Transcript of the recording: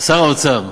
שר האוצר,